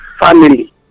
family